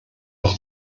das